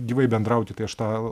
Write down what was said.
gyvai bendrauti tai aš tą